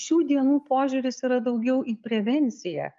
šių dienų požiūris yra daugiau į prevenciją